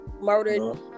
murdered